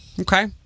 okay